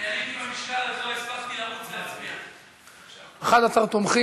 (תיקון מס' 192) (חישוב תקופת אכשרה), התשע"ז